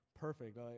perfect